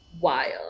Wild